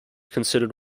considered